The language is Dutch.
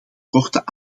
korte